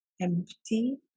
empty